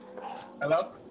Hello